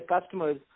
customers